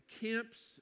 camps